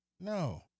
No